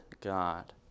God